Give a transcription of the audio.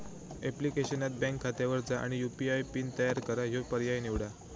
ऍप्लिकेशनात बँक खात्यावर जा आणि यू.पी.आय पिन तयार करा ह्यो पर्याय निवडा